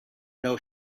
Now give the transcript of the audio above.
know